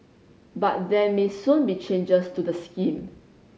but there may soon be changes to the scheme